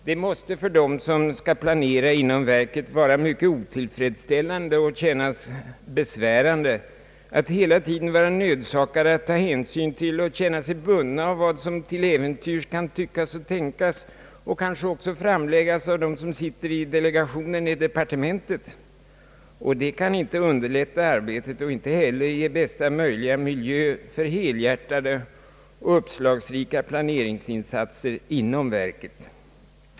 Det måste för dem som skall planera inom verket vara mycket otillfredsställande och kännas besvärande att hela tiden vara nödsakade att ta hänsyn till och känna sig bundna av vad som till äventyrs kan tyckas och tänkas och kanske också framläggas av dem som sitter i delegationen i departementet. Det kan inte underlätta arbetet och inte heller ge bästa möjliga miljö för helhjärtade och uppslagsrika planeringsinsatser incm verket.